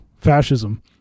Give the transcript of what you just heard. fascism